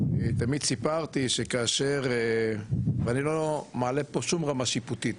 תמיד סיפרתי שכאשר ואני לא מעלה פה שום רמה שיפוטית,